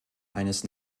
eines